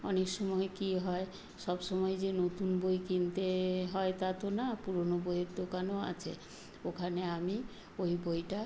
অনেক সময় কি হয় সব সময় যে নতুন বই কিনতে হয় তা তো না পুরোনো বইয়ের দোকানও আছে ওখানে আমি ওই বইটা